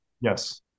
Yes